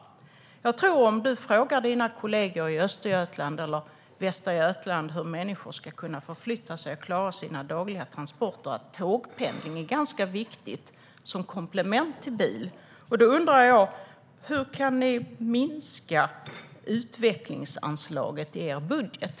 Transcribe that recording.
Om Jessica Rosencrantz frågar sina kollegor i Östergötland eller Västergötland hur människor ska kunna förflytta sig och klara sina dagliga transporter lär hon få höra att tågpendling är ganska viktigt som komplement till bil. Därför undrar jag hur Moderaterna kan minska utvecklingsanslaget i sin budget.